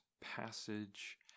passage